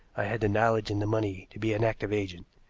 i had the knowledge and the money to be an active agent.